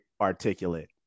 articulate